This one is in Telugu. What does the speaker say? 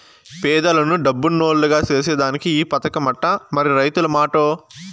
పేదలను డబ్బునోల్లుగ సేసేదానికే ఈ పదకమట, మరి రైతుల మాటో